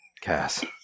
Cass